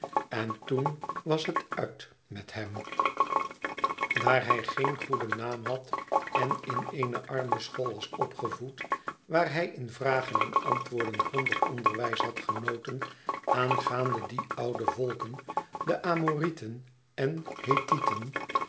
en toen was het uit met hem daar hij geen goeden naam had en in eene armschool was opgevoed waar hij in vragen en antwoorden grondig onderwijs had genoten aangaande die oude volken de amorieten en